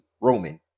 Roman